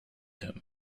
him